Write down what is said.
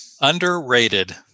Underrated